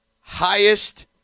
highest